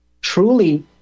truly